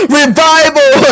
revival